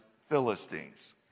Philistines